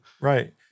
Right